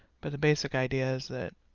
but the basic idea is that